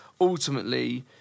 ultimately